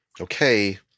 okay